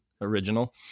original